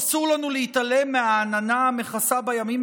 אסור לנו להתעלם מהעננה המכסה בימים